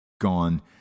gone